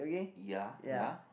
ya ya